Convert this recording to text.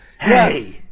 Hey